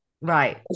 right